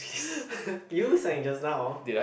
you sang just now